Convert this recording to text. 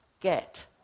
get